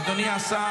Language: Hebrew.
תתבייש.